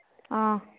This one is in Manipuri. ꯑꯥ